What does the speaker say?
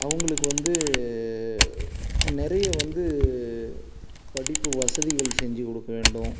அவங்களுக்கு வந்து நிறைய வந்து படிப்பு வசதிகள் செஞ்சு கொடுக்க வேண்டும்